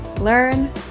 learn